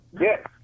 yes